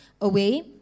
away